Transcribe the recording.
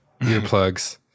earplugs